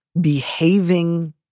behaving